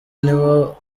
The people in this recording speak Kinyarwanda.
nibo